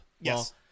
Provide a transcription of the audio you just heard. Yes